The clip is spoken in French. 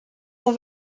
ont